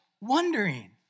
wondering